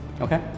Okay